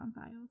Files